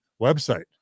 website